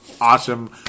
awesome